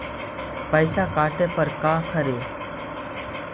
पैसा काटे पर का करि?